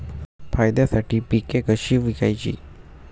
फायद्यासाठी पिके कशी विकायची?